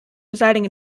residing